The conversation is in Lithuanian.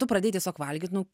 tu pradėjai tiesiog valgyt nu